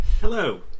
Hello